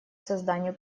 созданию